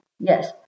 Yes